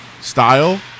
style